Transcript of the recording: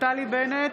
נפתלי בנט,